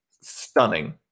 stunning